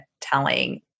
telling